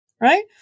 Right